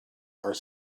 are